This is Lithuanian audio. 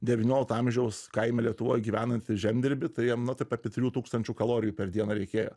devyniolikto amžiaus kaime lietuvoj gyvenantį žemdirbį tai jam na taip apie trijų tūkstančių kalorijų per dieną reikėjo